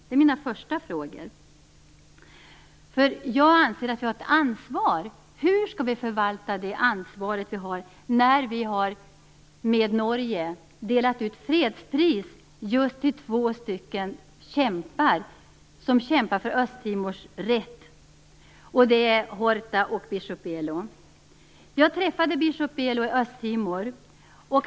Det är mina första frågor. Jag anser att vi har ett ansvar. Hur skall vi förvalta det ansvar som vi har, när vi tillsammans med Norge har delat ut fredspris just till två människor som kämpar för Östtimors rätt, nämligen José Ramos-Horta och biskop Carlos Belo. Jag träffade biskop Belo i Östtimor.